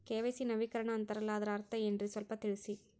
KYC ನವೀಕರಣ ಅಂತಾರಲ್ಲ ಅದರ ಅರ್ಥ ಏನ್ರಿ ಸ್ವಲ್ಪ ತಿಳಸಿ?